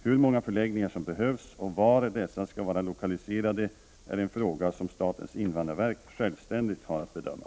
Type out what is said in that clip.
Hur många förläggningar som behövs och var dessa skall vara lokaliserade är en fråga som statens invandrarverk självständigt har att bedöma.